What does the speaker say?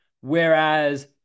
whereas